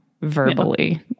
verbally